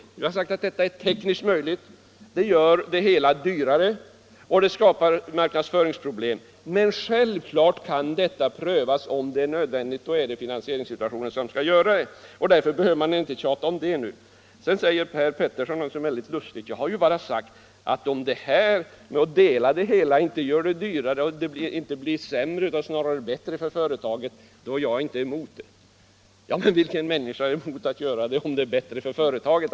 Jo, jag har sagt — Anslag till teckning att detta visserligen är tekniskt möjligt, men att det gör det hela dyrare — av aktier i och dessutom skapar marknadsföringsproblem. Självfallet kan denna lös — Statsföretag AB ning prövas, om det är nödvändigt, men då är det finansieringssituationen som skall vara bestämmande, och därför behöver man inte tjata mera om detta nu. Sedan säger herr Petersson någonting lustigt, nämligen ungefär så här: ”Jag har ju bara sagt att om en uppdelning inte gör det dyrare, utan om det därigenom snarare blir bättre för företaget, är jag inte emot den.” Men vilken människa är emot att göra det bättre för företaget?